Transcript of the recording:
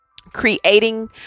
creating